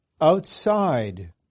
outside